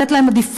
לתת להם עדיפות,